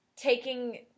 taking